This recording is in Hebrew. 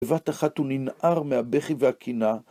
בבת אחת הוא ננער מהבכי והקינה